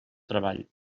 treball